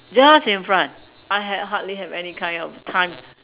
just in front I have hardly have any kind of time